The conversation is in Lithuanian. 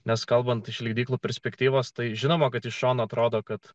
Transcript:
nes kalbant iš leidyklų perspektyvos tai žinoma kad iš šono atrodo kad